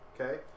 okay